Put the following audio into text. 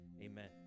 Amen